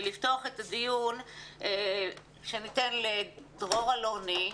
לפתוח את הדיון ושניתן לדרור אלוני,